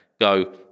go